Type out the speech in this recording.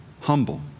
humble